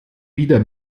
wieder